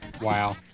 Wow